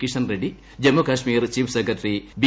Kishan Reddy Jammu Kashmir chief secretary B